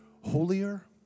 holier